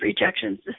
rejections